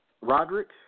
Roderick